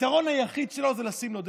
הפתרון היחיד שלו זה לשים לו דלק,